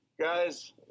guys